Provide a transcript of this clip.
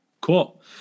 Cool